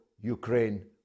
Ukraine